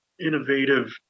innovative